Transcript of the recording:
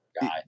guy